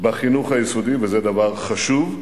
בחינוך היסודי, וזה דבר חשוב.